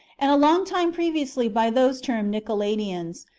and a long time previously by those termed nicolaitans,